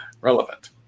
relevant